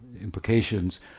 implications